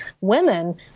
women